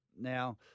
Now